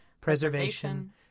preservation